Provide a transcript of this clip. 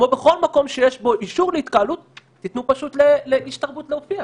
כמו בכל מקום שיש אישור להתקהלות תיתנו פשוט לאיש תרבות להופיע.